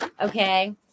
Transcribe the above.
okay